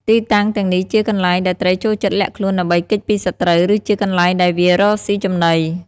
ទីតាំងទាំងនេះជាកន្លែងដែលត្រីចូលចិត្តលាក់ខ្លួនដើម្បីគេចពីសត្រូវ ឬជាកន្លែងដែលវារកស៊ីចំណី។